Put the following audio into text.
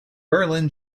berlin